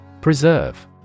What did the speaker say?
Preserve